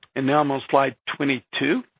and now, i'm on slide twenty two.